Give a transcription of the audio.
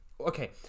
Okay